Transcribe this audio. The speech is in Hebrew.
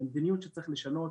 זאת מדיניות שצריך לשנות.